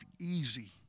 easy